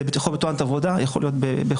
זה יכול להיות בתאונת עבודה, זה יכול להיות במעון.